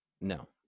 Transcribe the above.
No